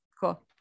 cool